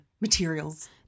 materials